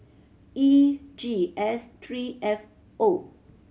E G S three F O